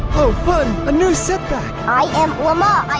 oh fun! a new setback! i am lamar! i